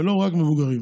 ולא רק מבוגרים.